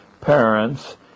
parents